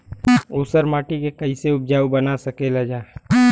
ऊसर माटी के फैसे उपजाऊ बना सकेला जा?